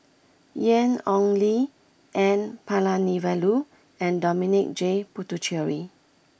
Ian Ong Li N Palanivelu and Dominic J Puthucheary